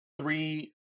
three